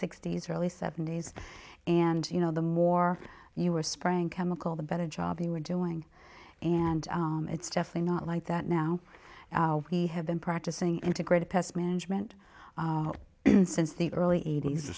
sixty's early seventy's and you know the more you were spraying chemical the better job you were doing and it's definitely not like that now we have been practicing integrated pest management since the early eight